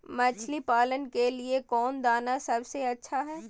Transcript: मछली पालन के लिए कौन दाना सबसे अच्छा है?